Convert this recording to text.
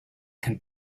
can